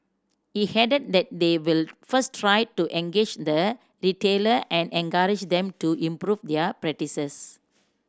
he added that they will first try to engage the retailer and encourage them to improve their practices